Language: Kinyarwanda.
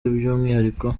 by’umwihariko